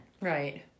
Right